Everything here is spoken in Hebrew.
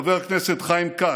חבר הכנסת חיים כץ,